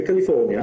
בקליפורניה